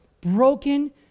broken